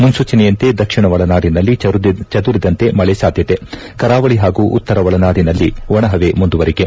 ಮುನ್ಸೂಚನೆಯಂತೆ ದಕ್ಷಿಣ ಒಳನಾಡಿನಲ್ಲಿ ಚದುರಿದಂತೆ ಮಳೆ ಸಾಧ್ವತೆ ಕರಾವಳಿ ಹಾಗೂ ಉತ್ತರ ಒಳನಾಟನಲ್ಲಿ ಒಣಹವೆ ಮುಂದುವರಿಕೆ